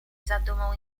zadumą